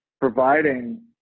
providing